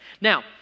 Now